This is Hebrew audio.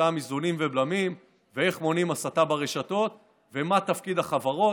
אותם איזונים ובלמים ואיך מונעים הסתה ברשתות ומה תפקיד החברות.